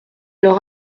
leur